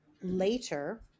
later